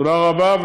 תודה רבה.